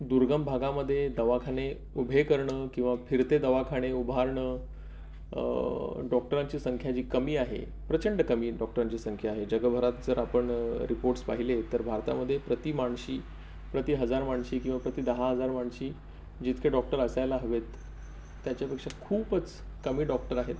दुर्गम भागामध्ये दवाखाने उभे करणं किंवा फिरते दवाखाने उभारणं डॉक्टरांची संख्या जी कमी आहे प्रचंड कमी डॉक्टरांची संख्या आहे जगभरात जर आपण रिपोर्ट्स पाहिले तर भारतामध्ये प्रति माणशी प्रति हजार माणशी किंवा प्रति दहा हजार माणशी जितके डॉक्टर असायला हवेत त्याच्यापेक्षा खूपच कमी डॉक्टर आहेत